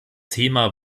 thema